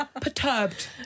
perturbed